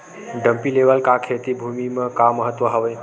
Dumpy level का खेती भुमि म का महत्व हावे?